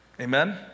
Amen